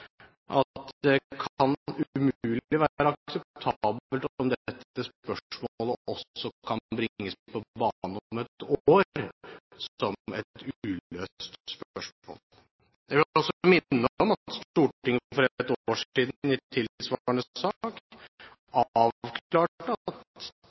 at det kan umulig være akseptabelt om dette spørsmålet også kan bringes på banen om et år som et uløst spørsmål. Jeg vil også minne om at Stortinget for et år siden i tilsvarende sak